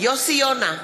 יוסי יונה,